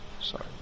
Sorry